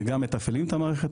וגם מתפעלים את המערכת,